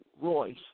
Royce